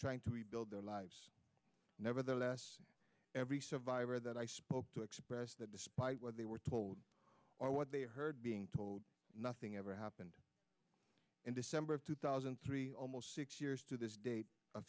trying to rebuild their lives nevertheless every survivor that i spoke to express that despite what they were told or what they heard being told nothing ever happened in december of two thousand and three almost six years to this day a